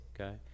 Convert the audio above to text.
Okay